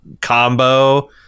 combo